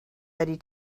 ready